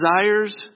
desires